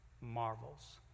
marvels